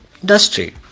industry